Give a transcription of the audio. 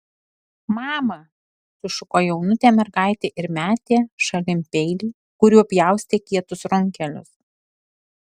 mama sušuko jaunutė mergaitė ir metė šalin peilį kuriuo pjaustė kietus runkelius